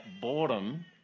boredom